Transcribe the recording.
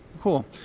Cool